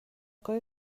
کاری